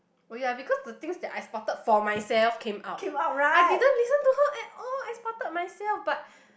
oh ya because the things that I spotted for myself came out I didn't listen to her at all I spotted myself but